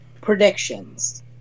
predictions